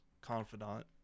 confidant